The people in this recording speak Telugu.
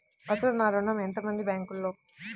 అసలు నా ఋణం ఎంతవుంది బ్యాంక్లో?